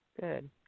Good